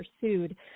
pursued